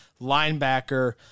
linebacker